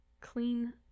Clean